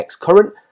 XCurrent